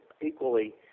equally